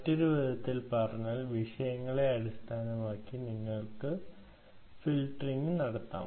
മറ്റൊരു വിധത്തിൽ പറഞ്ഞാൽ വിഷയങ്ങളെ അടിസ്ഥാനമാക്കി നിങ്ങൾക്ക് ഫിൽട്ടറിംഗ് നടത്താം